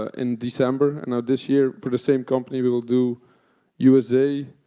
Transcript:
ah in december. and this year for the same company we will do usa,